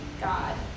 God